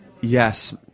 Yes